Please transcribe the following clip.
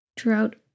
throughout